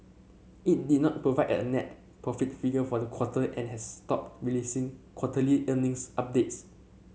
it did not provide a net profit figure for the quarter and has stopped releasing quarterly earnings updates